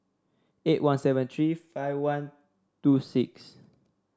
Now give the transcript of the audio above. eight one seven three five one two six